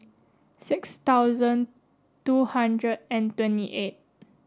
six thousand two hundred and twenty eight